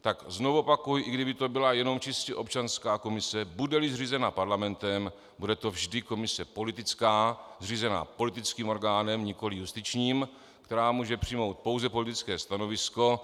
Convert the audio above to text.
Tak znovu opakuji, i kdyby to byla jenom čistě občanská komise, budeli zřízena parlamentem, bude to vždy komise politická, zřízená politickým orgánem, nikoli justičním, která může přijmout pouze politické stanovisko.